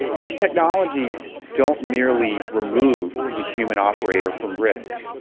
these technologies don't merely remove the human operator from risk,